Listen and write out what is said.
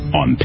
on